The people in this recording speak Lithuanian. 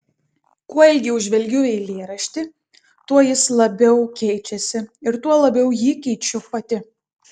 kuo ilgiau žvelgiu į eilėraštį tuo jis labiau keičiasi ir tuo labiau jį keičiu pati